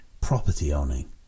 property-owning